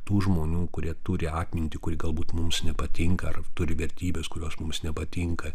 tų žmonių kurie turi atmintį kuri galbūt mums nepatinka ar turi vertybes kurios mums nepatinka